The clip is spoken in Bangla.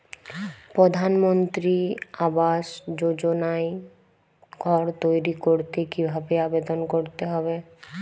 প্রধানমন্ত্রী আবাস যোজনায় ঘর তৈরি করতে কিভাবে আবেদন করতে হবে?